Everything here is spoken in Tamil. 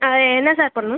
அதை என்ன சார் பண்ணனும்